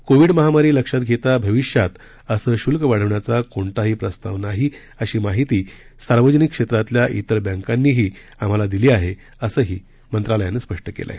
Covid महामारी लक्षात घेता भविष्यात असं शुल्क वाढवण्याचा कोणताही प्रस्ताव नाही अशी माहिती सार्वजनिक क्षेत्रातल्या तिर बँकांनीही आम्हाला दिली आहे असंही मंत्रालयानं स्पष्ट केलंय